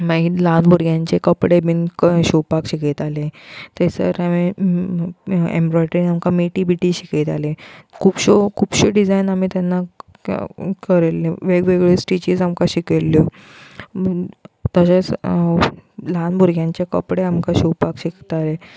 मागीर ल्हान भुरग्याचे कपडे बीन शिंवपाक शिकयताले थंयसर हांवें एमब्रोयडरी आमकां मेटी बिटी शिकयताले खुबश्यो खुबश्यो डिजायन आमी तेन्ना करिल्ले वेगळ्योवेगळ्यो स्टिचीस आमकां शिकयल्ल्यो तशेंच ल्हान भुरग्यांचें कपडे आमकां शिंवपाक शिकयताले